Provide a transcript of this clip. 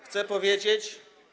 Chcę powiedzieć.